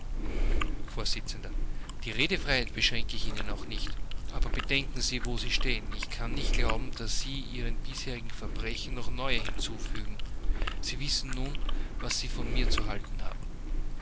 vors die redefreiheit beschränke ich ihnen auch nicht aber bedenken sie wo sie stehen ich kann nicht erlauben daß sie ihren bisherigen verbrechen noch neue hinzufügen sie wissen nun was sie von mir zu halten haben